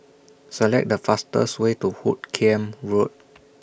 Select The fastest Way to Hoot Kiam Road